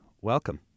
Welcome